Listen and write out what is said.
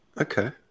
Okay